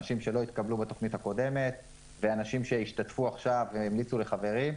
אנשים שלא התקבלו בתכנית הקודמת ואנשים שהשתתפו עכשיו המליצו לחברים,